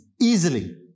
easily